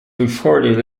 reported